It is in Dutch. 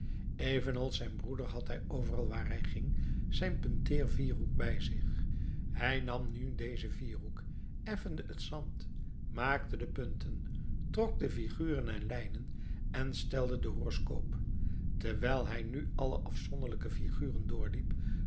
evenals zijn broeder had hij overal waar hij ging zijn punteer vierhoek bij zich hij nam nu dezen vierhoek effende het zand maakte de punten trok de figuren en lijnen en stelde de horoscoop terwijl hij nu alle afzonderlijke figuren doorliep